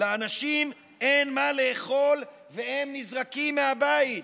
לאנשים אין מה לאכול והם נזרקים מהבית,